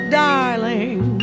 darling